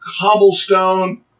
cobblestone